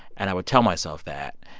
and i would tell myself that,